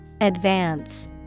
Advance